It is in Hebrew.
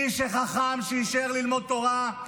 מי שחכם, שיישאר ללמוד תורה,